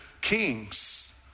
kings